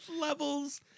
levels